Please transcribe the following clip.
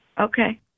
Okay